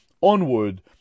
onward